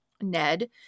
Ned